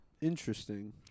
interesting